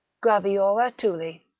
graviora tuli